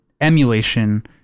emulation